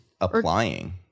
applying